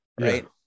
Right